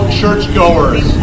churchgoers